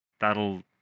That'll